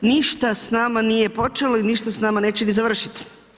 Ništa s nama nije počelo i ništa s nama neće ni završiti.